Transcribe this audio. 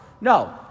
No